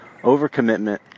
overcommitment